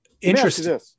Interesting